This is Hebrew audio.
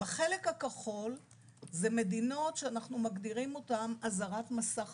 בחלק הכחול זה מדינות שאנחנו מגדירים אותן אזהרת מסע חמורה.